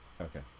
okay